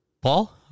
Paul